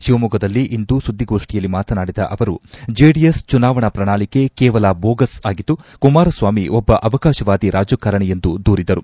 ಶಿವಮೊಗ್ಗದಲ್ಲಿಂದು ಸುದ್ದಿಗೋಷ್ಠಿಯಲ್ಲಿ ಮಾತನಾಡಿದ ಅವರು ದೆಡಿಎಸ್ ಚುನಾವಣಾ ಪ್ರಣಾಳಿಕೆ ಕೇವಲ ಬೋಗಸ್ ಆಗಿದ್ದು ಕುಮಾರಸ್ವಾಮಿ ಒಬ್ಬ ಅವಕಾಶವಾದಿ ರಾಜಕಾರಣಿ ಎಂದು ದೂರಿದರು